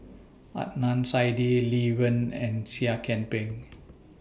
Adnan Saidi Lee Wen and Seah Kian Peng